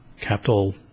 capital